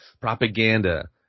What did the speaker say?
propaganda –